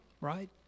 right